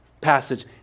passage